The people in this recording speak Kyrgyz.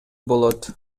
болот